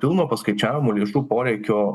pilno paskaičiavimo lėšų poreikio